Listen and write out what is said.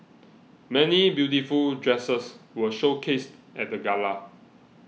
many beautiful dresses were showcased at the gala